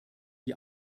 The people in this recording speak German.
die